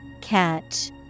Catch